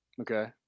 Okay